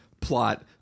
plot